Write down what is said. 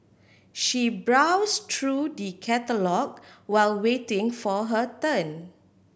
she browsed through the catalogue while waiting for her turn